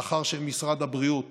לאחר שמשרד הבריאות